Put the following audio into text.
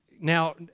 now